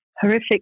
horrific